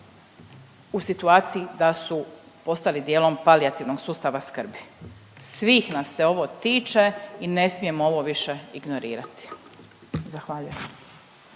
u situaciji da su postali dijelom palijativnog sustava skrbi. Svih nas se ovo tiče i ne smijemo ovo više ignorirati. Zahvaljujem.